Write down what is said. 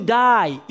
die